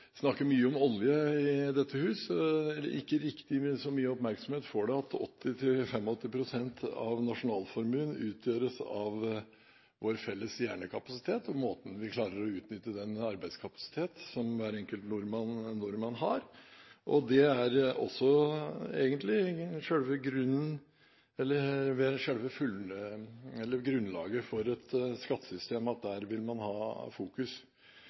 snakker mye om olje i dette hus. Ikke riktig så mye oppmerksomhet får det at 80–85 pst. av nasjonalformuen utgjøres av vår felles hjernekapasitet og måten vi klarer å utnytte den arbeidskapasitet som hver enkelt nordmann har, og dette er egentlig også selve grunnlaget for et skattesystem, at der vil man ha fokus.